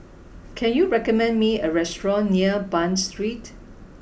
can you recommend me a restaurant near Bain Street